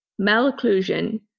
malocclusion